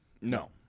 No